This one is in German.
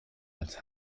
als